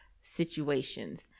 situations